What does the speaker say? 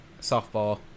softball